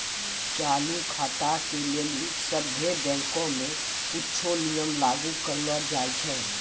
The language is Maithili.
चालू खाता के लेली सभ्भे बैंको मे कुछो नियम लागू करलो जाय छै